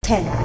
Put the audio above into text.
Ten